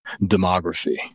demography